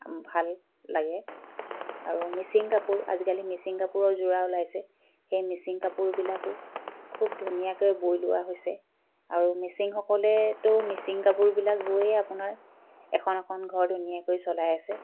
ভাল লাগে আৰু মিচিং কাপোৰ আজিকালি মিচিং কাপোৰৰ যোৰা ওলাইছে সেই মিচিং কাপোৰবিলাকো খুব ধুনীয়াকৈ বৈ লোৱা হৈছে আৰু মিচিংসকলেতো মিচিং কাপোৰবিলাক বৈয়ে আপোনাৰ এখন এখন ঘৰ ধুনীয়াকৈ চলাই আছে